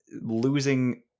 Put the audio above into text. Losing